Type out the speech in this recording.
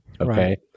Okay